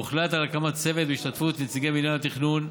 הוחלט על הקמת צוות בהשתתפות נציגי מינהל התכנון,